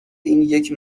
اینیک